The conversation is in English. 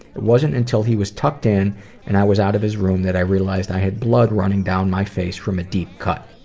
it wasn't until he was tucked in and i was out of his room that i realized i had blood running down my face from a deep cut.